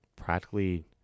Practically